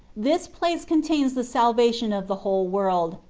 this place contains the salvation of the whole world,